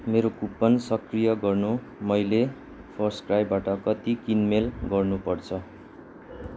मेरो कुपन सक्रिय गर्न मैले फस्टक्राईबाट कति किनमेल गर्नुपर्छ